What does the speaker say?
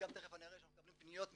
ותיכף אראה שאנחנו מקבלים פניות מהם,